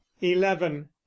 eleven